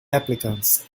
applicants